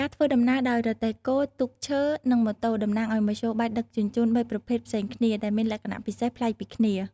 ការធ្វើដំណើរដោយ រទេះគោ ទូកឈើ និងម៉ូតូ តំណាងឱ្យមធ្យោបាយដឹកជញ្ជូនបីប្រភេទផ្សេងគ្នា ដែលមានលក្ខណៈពិសេសប្លែកពីគ្នា ។